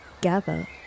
gather